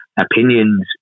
opinions